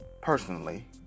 personally